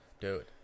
Dude